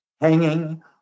hanging